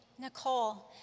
Nicole